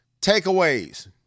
Takeaways